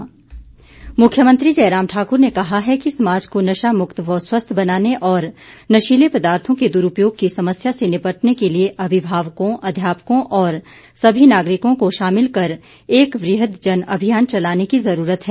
जयराम मुख्यमंत्री जयराम ठाकुर ने कहा है कि समाज को नशा मुक्त व स्वस्थ बनाने और नशीले पदार्थों के दुरुपयोग की समस्या से निपटने के लिए अभिभावकों अध्यापकों और सभी नागरिकों को शामिल कर एक वृहद जन अभियान चलाने की जरूरत है